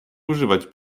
używać